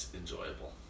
enjoyable